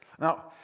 Now